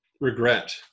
regret